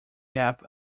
gap